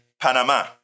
Panama